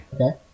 Okay